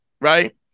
right